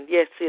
Yes